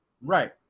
Right